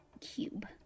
cube